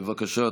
בבקשה,